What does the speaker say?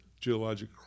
geologic